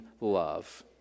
love